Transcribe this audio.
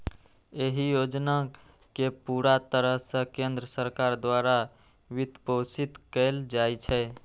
एहि योजना कें पूरा तरह सं केंद्र सरकार द्वारा वित्तपोषित कैल जाइ छै